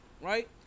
Right